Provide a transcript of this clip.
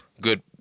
good